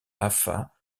afa